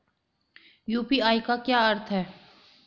UPI का क्या अर्थ है?